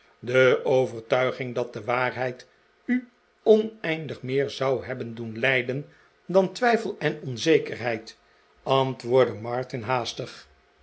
de overtuiging dat de waarheid u oneindig meer zou hebben doen lijden dan twijfel en onzekerheid antwoordde martin haastig